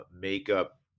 makeup